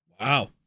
Wow